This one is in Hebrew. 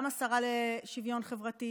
גם השרה לשוויון חברתי,